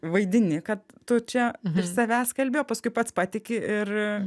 vaidini kad tu čia iš savęs kalbi o paskui pats patiki ir